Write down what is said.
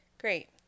Great